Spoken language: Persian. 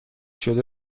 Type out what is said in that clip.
شده